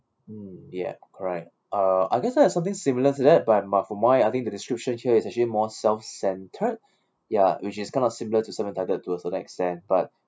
mm ya correct uh I guess I have something similar to that but but for my I think the description here is actually more self-centred ya which is kind of similar to self entitled to a certain extent but